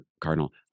Cardinal